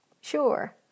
sure